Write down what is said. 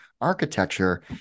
architecture